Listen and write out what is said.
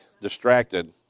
distracted